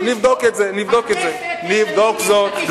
נבדוק זאת.